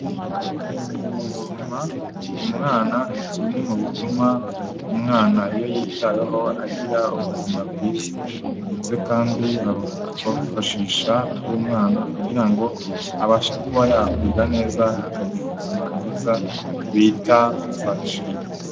Ubuzima ku mwana ni kimwe mu bituma umwana iyo yitaweho agira ubuzima bwiza ndetse kandi atwafashisha tw'umwana kugira ngo abashe kuba yakwiga neza akagira ubuzima bwiza bita mfasha.